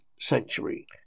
century